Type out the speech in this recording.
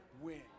win